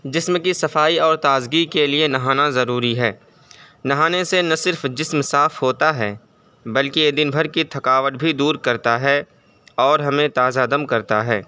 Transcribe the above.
جسم کی صفائی اور تازگی کے لیے نہانا ضروری ہے نہانے سے نہ صرف جسم صاف ہوتا ہے بلکہ یہ دن بھر کی تھکاوٹ بھی دور کرتا ہے اور ہمیں تازہ دم کرتا ہے